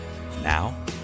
Now